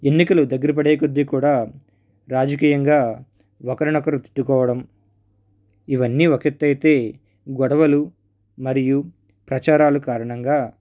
ఎన్నికలు దగ్గరపడే కొద్ది కూడా రాజకీయంగా ఒకరినొకరు తిట్టుకోవడం ఇవన్నీ ఒక ఎత్తైతే గొడవలు మరియు ప్రచారాలు కారణంగా